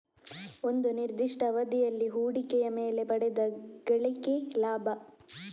ಒಂದು ನಿರ್ದಿಷ್ಟ ಅವಧಿಯಲ್ಲಿ ಹೂಡಿಕೆಯ ಮೇಲೆ ಪಡೆದ ಗಳಿಕೆ ಲಾಭ